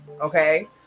Okay